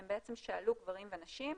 הם שאלו גברים ונשים,